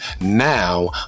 now